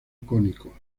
cónico